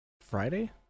Friday